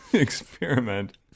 experiment